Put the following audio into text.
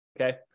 Okay